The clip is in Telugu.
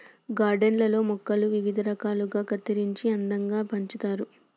గార్డెన్ లల్లో మొక్కలను వివిధ రకాలుగా కత్తిరించి అందంగా పెంచుతారు